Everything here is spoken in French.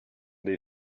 des